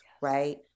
right